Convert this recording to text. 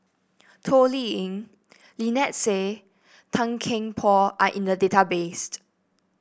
Toh Liying Lynnette Seah Tan Kian Por are in the database